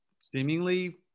seemingly